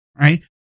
right